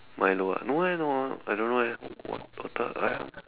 Milo ah no eh no ah I don't know eh water !aiya!